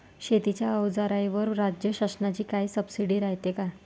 शेतीच्या अवजाराईवर राज्य शासनाची काई सबसीडी रायते का?